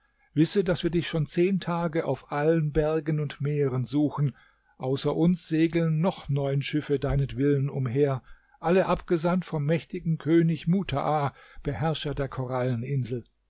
wisse daß wir dich schon zehn tage auf allen bergen und meeren suchen außer uns segeln noch neun schiffe deinetwillen umher alle abgesandt vom mächtigen könig mutaa beherrscher der